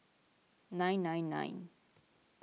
nine nine nine